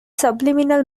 subliminal